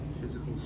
physical